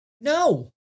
No